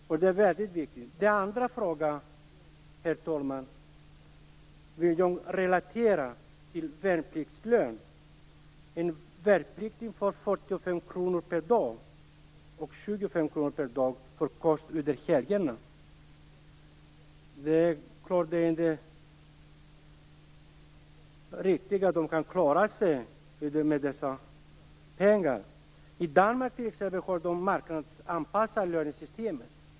Det är mycket viktigt. Herr talman! Den andra frågan handlar om värnpliktslönen. En värnpliktig får 45 kr per dag och 25 kr per dag för kost under helgerna. Det är inte lätt att klara sig på det. I Danmark t.ex. har de marknadsanpassat lönesystemet.